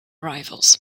rivals